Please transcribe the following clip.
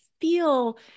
feel